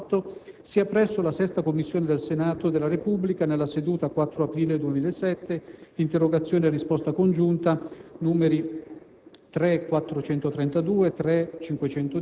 documenti di sindacato ispettivo sia presso la VI Commissione della Camera dei deputati, nel corso della seduta del 4 aprile 2007 (interrogazioni a risposta